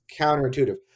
counterintuitive